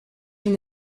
from